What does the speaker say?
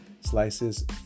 slices